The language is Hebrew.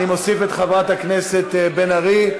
אני מוסיף את חברת הכנסת בן ארי.